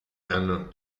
hanno